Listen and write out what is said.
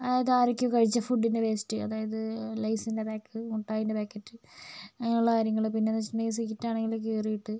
ഇത് ആരൊക്കെയോ കഴിച്ച ഫുഡിൻ്റെ വേസ്റ്റ് അതായത് ലെയിസിൻ്റെ പാക്ക് മുട്ടായിൻ്റെ പാക്കറ്റ് അങ്ങനെയുള്ള കാര്യങ്ങൾ പിന്നെ എന്ന് വെച്ചിട്ടുണ്ടെങ്കിൽ സീറ്റ് ആണെങ്കിൽ കീറിയിട്ട്